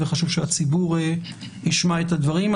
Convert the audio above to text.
וחשוב שהציבור ישמע את הדברים.